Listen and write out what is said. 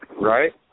Right